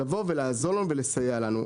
שרציתי מאוד לבוא ולעזור לנו ולסייע לנו.